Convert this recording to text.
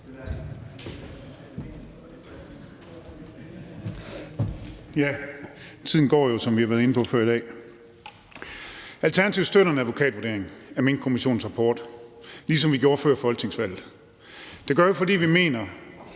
Tiden går jo, som vi har været inde på før i dag. Alternativet støtter en advokatvurdering af Minkkommissionens rapport, ligesom vi gjorde før folketingsvalget. Det gør vi, fordi vi mener,